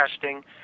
testing